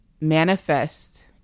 manifest